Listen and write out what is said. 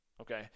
okay